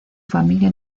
familia